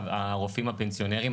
את הרופאים הפנסיונרים.